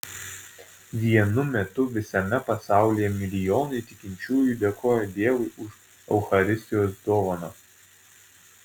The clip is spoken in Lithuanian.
vienu metu visame pasaulyje milijonai tikinčiųjų dėkojo dievui už eucharistijos dovaną